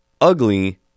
Ugly